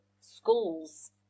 schools